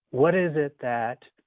what is it that